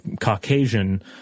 Caucasian